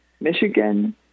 Michigan